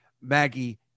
Maggie